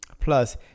plus